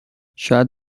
شاید